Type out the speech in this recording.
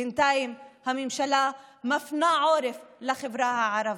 בינתיים הממשלה מפנה עורף לחברה הערבית.